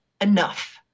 enough